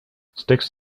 sticks